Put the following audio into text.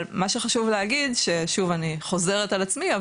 אבל מה שחשוב להגיד ששוב אני חוזרת על עצמי,